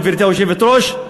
גברתי היושבת-ראש,